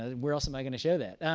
ah where else am i going to show that?